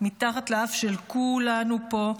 מתחת לאף של כולנו פה,